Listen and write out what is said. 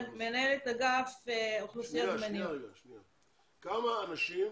מנהלת אגף אוכלוסיות --- כמה אנשים